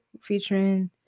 featuring